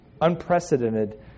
unprecedented